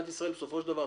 בסופו של דבר,